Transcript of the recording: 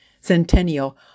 Centennial